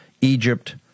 Egypt